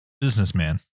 businessman